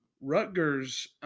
Rutgers